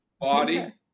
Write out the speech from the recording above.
Body